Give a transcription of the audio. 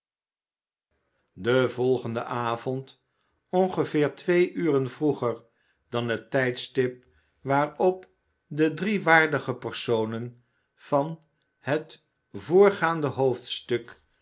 den volgenden avond ongeveer twee uren vroeger dan het tijdstip waarop de drie waarolivier twist dige personen van het voorgaande hoofdstuk